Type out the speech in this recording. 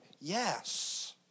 Yes